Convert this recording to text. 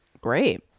Great